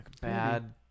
bad